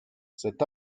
cet